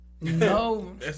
No